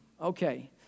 Okay